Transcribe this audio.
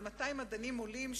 אלה 200 מדענים עולים,